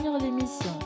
l'émission